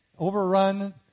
overrun